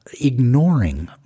ignoring